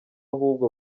ahubwo